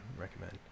recommend